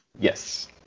Yes